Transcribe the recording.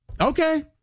okay